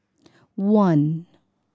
one